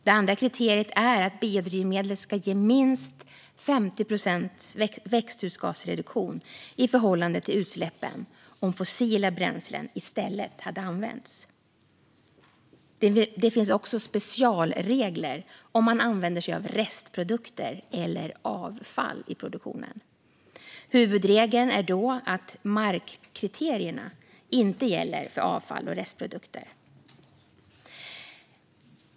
Det andra kriteriet är att biodrivmedlet ska ge minst 50 procents växthusgasreduktion i förhållande till utsläppen om fossila bränslen i stället hade använts. Det finns också specialregler om man använder sig av restprodukter eller avfall i produktionen. Huvudregeln är då att markkriterierna inte gäller för avfall och restprodukter.